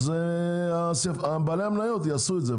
אז בעלי המניות יעשו את זה,